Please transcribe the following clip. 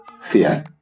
fear